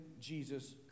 Jesus